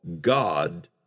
God